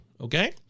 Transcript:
okay